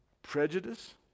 Prejudice